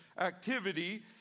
activity